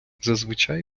зазвичай